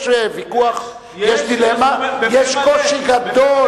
יש ויכוח, יש דילמה, יש קושי גדול,